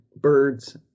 birds